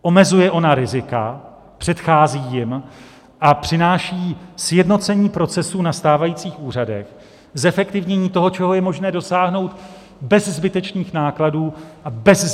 Omezuje ona rizika, předchází jim a přináší sjednocení procesů na stávajících úřadech, zefektivnění toho, čeho je možné dosáhnout bez zbytečných nákladů a bez zbytečných rizik.